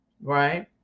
right